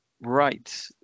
Right